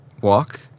walk